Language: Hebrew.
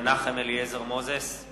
מנחם אליעזר מוזס,